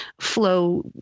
flow